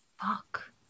Fuck